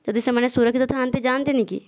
ଯଦି ସେମାନେ ସୁରକ୍ଷିତ ଥାଆନ୍ତେ ଯାଆନ୍ତେନି କି